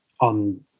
on